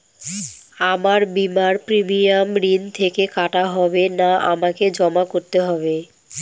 আমার বিমার প্রিমিয়াম ঋণ থেকে কাটা হবে না আমাকে জমা করতে হবে?